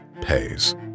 pays